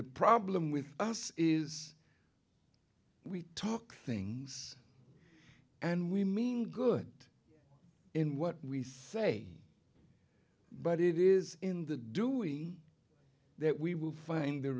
the problem with us is we talk things and we mean good in what we say but it is in the doing that we will find